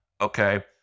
Okay